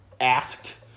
asked